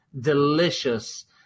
delicious